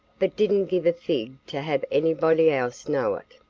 but didn't give a fig to have anybody else know it.